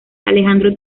alejandro